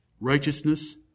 righteousness